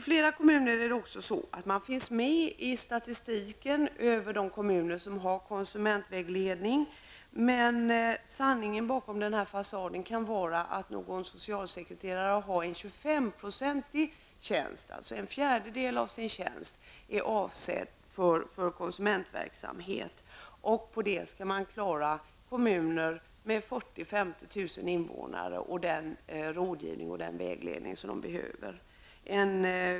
Flera kommuner finns med i statistiken över de kommuner som har konsumentvägledning, men sanningen bakom fasaden kan vara att någon socialsekreterare har 25 % av sin tjänst avsedd för konsumentverksamhet. På detta skall man klara kommuner med 40 000-50 000 invånare, den rådgivning och vägledning som de behöver.